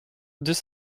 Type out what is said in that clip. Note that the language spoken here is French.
deux